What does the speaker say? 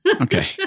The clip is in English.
Okay